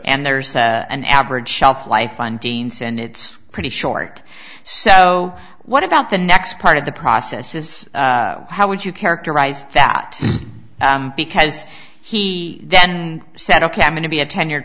and there's an average shelf life and dean send it's pretty short so what about the next part of the process is how would you characterize that because he then said ok i'm going to be a tenure